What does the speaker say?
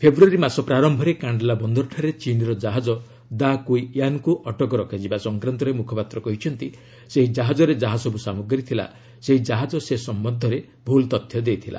ଫେବୃୟାରୀ ମାସ ପ୍ରାର୍ୟରେ କାଷ୍ଡଲା ବନ୍ଦରଠାରେ ଚୀନ୍ର ଜାହାଜ 'ଦା କୁଇ ୟାନ୍'କୁ ଅଟକ ରଖାଯିବା ସଂକ୍ରାନ୍ତରେ ମ୍ରଖପାତ୍ର କହିଛନ୍ତି ସେହି ଜାହାଜରେ ଯାହାସବ୍ର ସାମଗ୍ରୀ ଥିଲା ସେହି ଜାହାଜ ସେ ସଂକ୍ରାନ୍ତରେ ଭୁଲ ତଥ୍ୟ ଦେଇଥିଲା